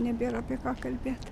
nebėr apie ką kalbėti